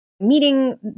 meeting